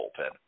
bullpen